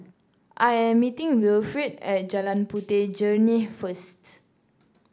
I am meeting Wilfrid at Jalan Puteh Jerneh first